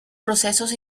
procesos